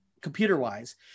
computer-wise